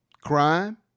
Crime